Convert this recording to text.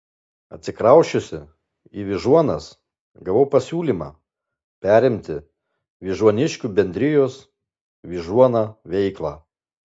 atsikrausčiusi į vyžuonas gavau pasiūlymą perimti vyžuoniškių bendrijos vyžuona veiklą